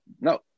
No